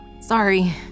sorry